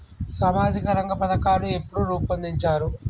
సామాజిక రంగ పథకాలు ఎప్పుడు రూపొందించారు?